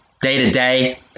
day-to-day